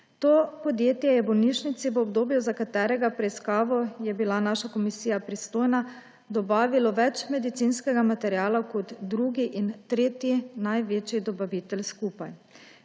To podjetje je bolnišnici v obdobju, za katerega preiskavo je bila naša komisija pristojna, dobavilo več medicinskega materiala kot drugi in tretji največji dobavitelj skupaj.